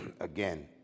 Again